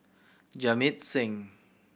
Jamit Singh